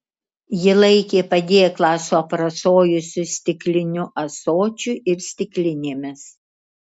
ji laikė padėklą su aprasojusiu stikliniu ąsočiu ir stiklinėmis